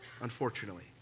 unfortunately